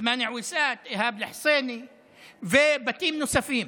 עת'מאן עוסאת, איהאב אלחסיני ובתים נוספים